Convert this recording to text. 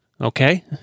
Okay